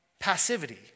passivity